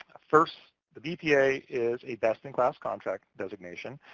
first, the bpa is a best-in-class contract designation.